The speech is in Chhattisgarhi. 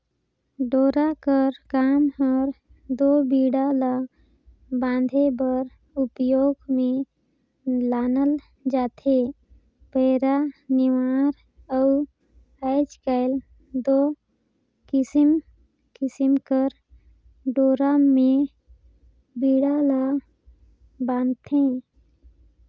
डोरा कर काम हर दो बीड़ा ला बांधे बर उपियोग मे लानल जाथे पैरा, नेवार अउ आएज काएल दो किसिम किसिम कर डोरा मे बीड़ा ल बांधथे